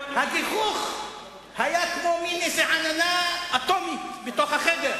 הגיחוך היה כמו מין עננה אטומית בתוך החדר.